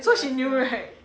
so she knew right